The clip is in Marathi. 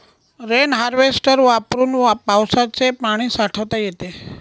रेन हार्वेस्टर वापरून पावसाचे पाणी साठवता येते